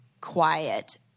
quiet